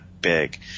big